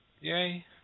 Yay